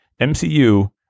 MCU